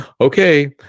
okay